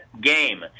game